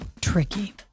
tricky